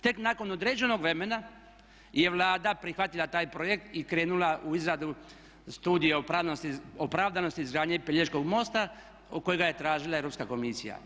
Tek nakon određenog vremena je Vlada prihvatila taj projekt i krenula u izradu studije opravdanosti i izgradnje Pelješkog mosta kojega je tražila Europska komisija.